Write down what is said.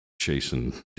chasing